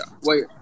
wait